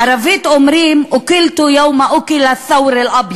בערבית אומרים: (אומרת בערבית: